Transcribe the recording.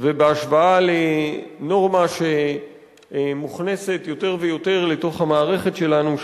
ובהשוואה לנורמה שמוכנסת יותר ויותר לתוך המערכת שלנו,